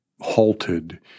halted